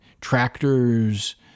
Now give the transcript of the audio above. tractors